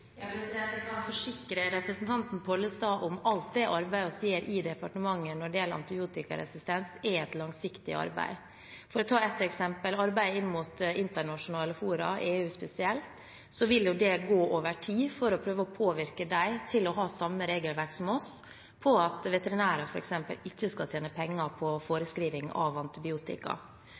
Jeg kan forsikre representanten Pollestad om at alt det arbeidet vi gjør i departementet når det gjelder antibiotikaresistens, er et langsiktig arbeid. For å ta ett eksempel: Arbeid inn mot internasjonale fora, EU spesielt, vil gå over tid for å prøve å påvirke dem til å ha samme regelverk som oss med hensyn til at veterinærer f.eks. ikke skal tjene penger på